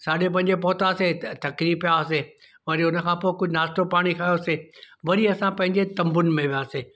साढे पंजे पहुंतासीं त थकिजी पिया हुआसीं वरी हुनखां पोइ कुझु नास्तो पाणी कयोसीं वरी असां पंहिंजे तंबुनि में वियासीं